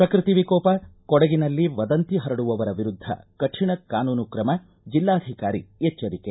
ಪ್ರಕೃತಿ ವಿಕೋಪ ಕೊಡಗಿನಲ್ಲಿ ವದಂತಿ ಹರಡುವವರ ವಿರುದ್ಧ ಕಠಿಣ ಕಾನೂನು ಕ್ರಮ ಜಿಲ್ಲಾಧಿಕಾರಿ ಎಚ್ಚರಿಕೆ